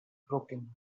broken